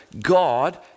God